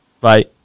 bye